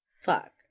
fuck